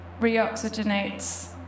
reoxygenates